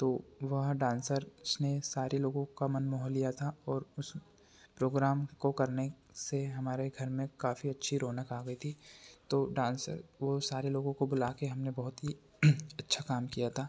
तो वह डांसर उसने सारे लोगों का मन मोह लिया था और उस प्रोग्राम को करने से हमारे घर में काफी अच्छी रौनक आ गई थी तो डांसर वह सारे लोगों को बुला कर हमने बहुत ही अच्छा काम किया था